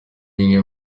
bimwe